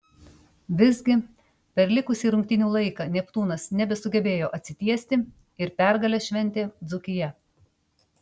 visgi per likusį rungtynių laiką neptūnas nebesugebėjo atsitiesti ir pergalę šventė dzūkija